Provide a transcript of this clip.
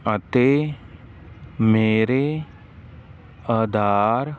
ਅਤੇ ਮੇਰੇ ਆਧਾਰ